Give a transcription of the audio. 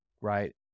right